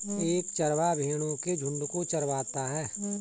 एक चरवाहा भेड़ो के झुंड को चरवाता है